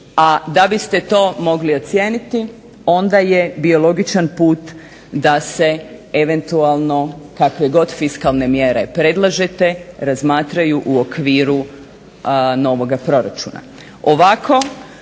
A da biste to mogli ocijeniti onda je bio logičan put da se eventualno kakve god fiskalne mjere predlažete razmatraju u okviru novoga proračuna. Ovako